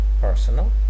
personal